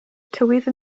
tywydd